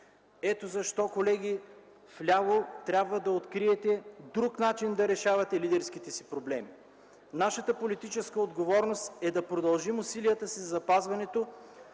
Ето защо, колеги вляво, трябва да откриете друг начин да решавате лидерските си проблеми. Нашата политическа отговорност е да продължим усилията си по запазването